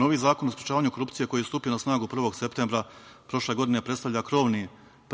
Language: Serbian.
Novi Zakon o sprečavanju korupcije koji je stupio na snagu 1. septembra prošle godine predstavlja krovni,